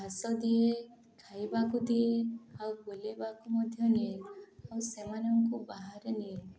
ଘାସ ଦିଏ ଖାଇବାକୁ ଦିଏ ଆଉ ବୁଲିବାକୁ ମଧ୍ୟ ନିଏ ଆଉ ସେମାନଙ୍କୁ ବାହାରେ ନିଏ